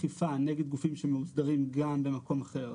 אכיפה נגד גופים שמאוסדרים גם במקום אחר,